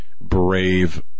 brave